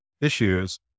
issues